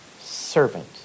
servant